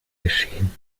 geschehen